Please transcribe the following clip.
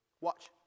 Watch